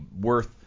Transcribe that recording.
worth